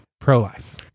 Pro-life